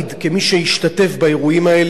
כמי שהשתתף באירועים האלה,